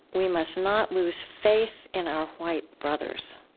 we must not lose faith in our white brothers.